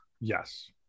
Yes